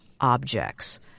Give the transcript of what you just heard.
objects